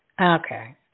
Okay